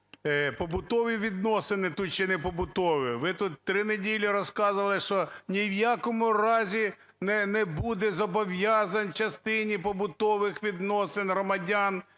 побутові відносини тут чи не побутові? Ви тут три неділі розказували, що ні в якому разі не буде зобов'язань в частині побутових відносин громадян,